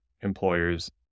employers